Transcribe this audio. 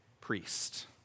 priest